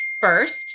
first